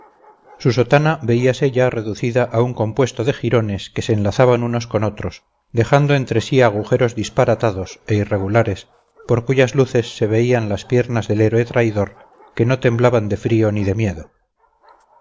su sotana veíase ya reducida a un compuesto de jirones que se enlazaban unos con otros dejando entre sí agujeros disparatados e irregulares por cuyas luces se veían las piernas del héroe traidor que no temblaban de frío ni de miedo